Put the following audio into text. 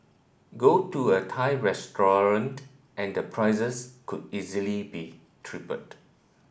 go to a Thai restaurant and prices could easily be tripled